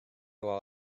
while